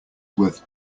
worth